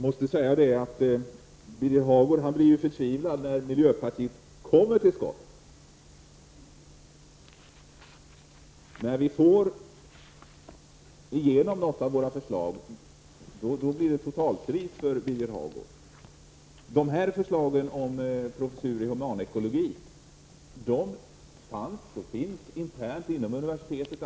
Herr talman! Birger Hagård blir ju förtvivlad när miljöpartiet kommer till skott, när vi får igenom något av våra förslag! Då blir det totalkris för Birger Hagård. Förslaget om professurer i humanekologi fanns och finns internt inom universiteten.